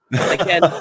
Again